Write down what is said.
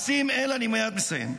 אני מייד מסיים.